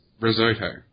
risotto